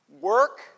work